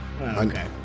Okay